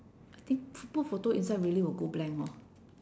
I think p~ put photo inside really will go blank hor